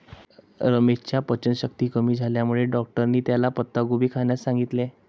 रमेशच्या पचनशक्ती कमी झाल्यामुळे डॉक्टरांनी त्याला पत्ताकोबी खाण्यास सांगितलं